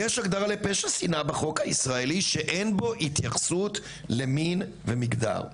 יש הגדרה לפשע שנאה בחוק הישראלי שאין בו התייחסות למין ולמגדר.